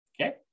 Okay